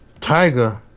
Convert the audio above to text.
tiger